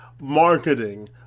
marketing